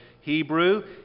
Hebrew